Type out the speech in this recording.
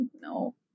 no